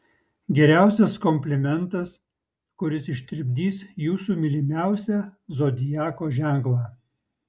geriausias komplimentas kuris ištirpdys jūsų mylimiausią zodiako ženklą